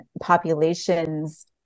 populations